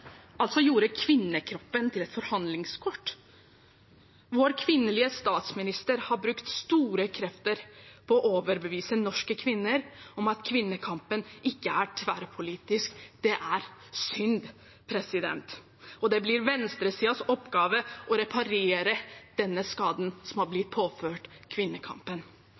altså gjorde kvinnekroppen til et forhandlingskort. Vår kvinnelige statsminister har brukt store krefter på å overbevise norske kvinner om at kvinnekampen ikke er tverrpolitisk. Det er synd, og det blir venstresidens oppgave å reparere denne skaden som har blitt påført kvinnekampen,